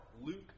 Luke